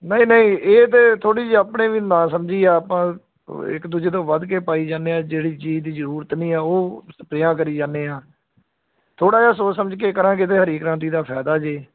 ਨਹੀਂ ਨਹੀਂ ਇਹ ਤਾਂ ਥੋੜ੍ਹੀ ਜਿਹੀ ਆਪਣੇ ਵੀ ਨਾਸਮਝੀ ਆ ਆਪਾਂ ਅ ਇੱਕ ਦੂਜੇ ਤੋਂ ਵੱਧ ਕੇ ਪਾਈ ਜਾਂਦੇ ਹਾਂ ਜਿਹੜੀ ਚੀਜ਼ ਦੀ ਜ਼ਰੂਰਤ ਨਹੀਂ ਆ ਉਹ ਸਪਰੇਹਾਂ ਕਰੀ ਜਾਂਦੇ ਹਾਂ ਥੋੜ੍ਹਾ ਜਿਹਾ ਸੋਚ ਸਮਝ ਕੇ ਕਰਾਂਗੇ ਤਾਂ ਹਰੀ ਕ੍ਰਾਂਤੀ ਦਾ ਫ਼ਾਇਦਾ ਹੈ